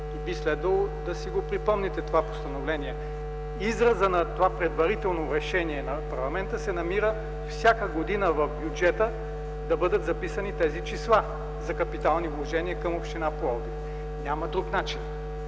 г. Би следвало да си припомните това постановление! Изразът на това предварително решение на парламента се намира в бюджета: всяка година да бъдат разписани тези числа за капиталови вложения към община Пловдив. Няма друг начин.